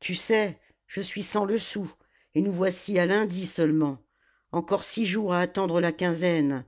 tu sais je suis sans le sou et nous voici à lundi seulement encore six jours à attendre la quinzaine